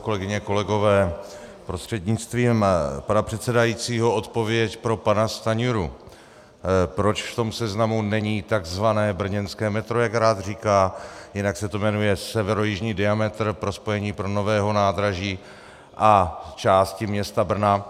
Kolegyně, kolegové, prostřednictvím pana předsedajícího odpověď pro pana Stanjuru, proč v tom seznamu není tzv. brněnské metro, jak rád říká, jinak se to jmenuje severojižní diametr pro spojení nového nádraží a části města Brna.